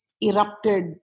erupted